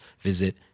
visit